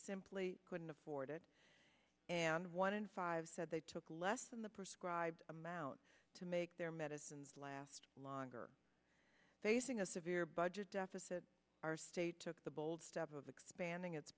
simply couldn't afford it and one in five said they took less than the prescribe amount to make their medicines last longer facing a severe budget deficit our state took the bold step of expanding it